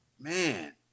man